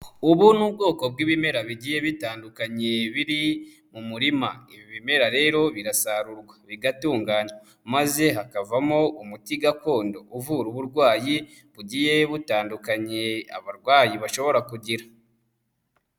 Ubu ni ubwoko bw'ibimera bigiye bitandukanye biri mu murim, ibi bimera rero birasarurwa bigatunganywa maze hakavamo umuti gakondo uvura uburwayi bugiye butandukanye abarwayi bashobora kugira.